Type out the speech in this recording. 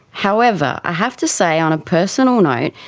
however, i have to say on a personal note,